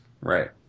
Right